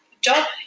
job